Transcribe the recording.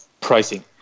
pricing